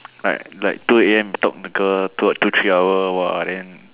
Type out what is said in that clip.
like like two A_M talk to girl two or two three hour !wah! then